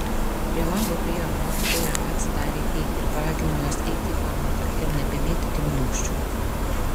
prie lango priėjo mokytoja atsidarė jį ir paragino juos eiti į pamoką ir nebemėtyti gniūžčių